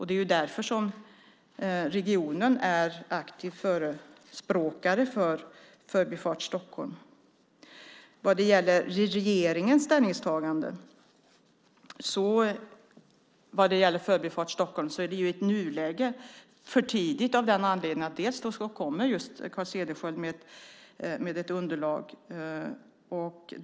Det är därför regionen är aktiv förespråkare för Förbifart Stockholm. Vad gäller regeringens ställningstagande till Förbifart Stockholm är det i nuläget för tidigt att säga något. Först kommer Carl Cederschiöld med ett underlag.